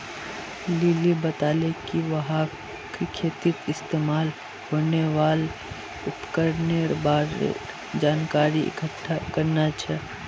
lily बताले कि वहाक खेतीत इस्तमाल होने वाल उपकरनेर बार जानकारी इकट्ठा करना छ